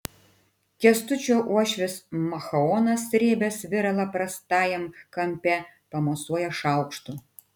kęstučio uošvis machaonas srėbęs viralą prastajam kampe pamosuoja šaukštu